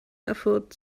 erfurt